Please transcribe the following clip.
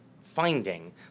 finding